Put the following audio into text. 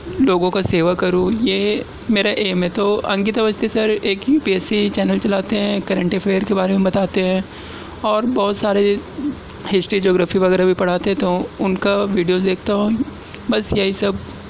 لوگوں کا سیوا کروں یہ میرا ایم ہے تو انکت اوستھی سر ایک U P S C channel چلاتے ہیں کرنٹ افیئر کے بارے میں بتاتے ہیں اور بہت سارے ہسٹری جغرفی وغیرہ بھی پڑھاتے تو ان کا ویڈیوز دیکھتا ہوں بس یہی سب